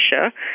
Russia